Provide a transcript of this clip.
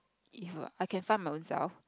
if I can find my ownself